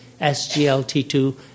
SGLT2